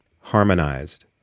harmonized